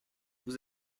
vous